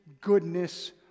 goodness